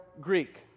Greek